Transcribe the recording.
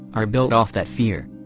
are built off that fear.